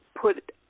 put